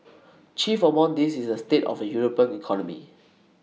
chief among these is the state of the european economy